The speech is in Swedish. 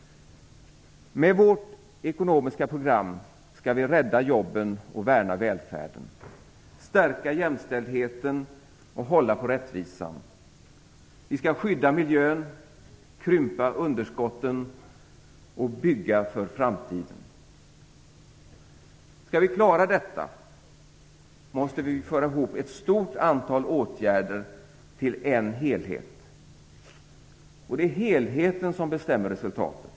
Med vårt ekonomiska program skall vi rädda jobben och värna välfärden, stärka jämställdheten och hålla på rättvisan. Vi skall skydda miljön, krympa underskotten och bygga för framtiden. Skall vi klara detta måste vi föra ihop ett stort antal åtgärder till en helhet. Det är helheten som bestämmer resultatet.